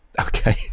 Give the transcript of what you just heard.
Okay